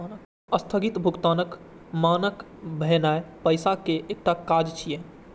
स्थगित भुगतानक मानक भेनाय पैसाक एकटा काज छियै